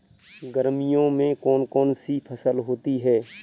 गर्मियों में कौन कौन सी फसल होती है?